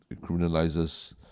criminalizes